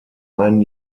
ein